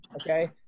okay